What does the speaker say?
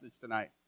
tonight